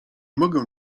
mogę